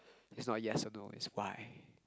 is not yes or no is why